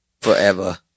forever